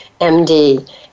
MD